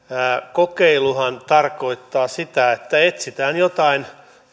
kokeiluhan tarkoittaa sitä että etsitään jotain